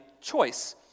choice